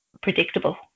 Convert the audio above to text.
predictable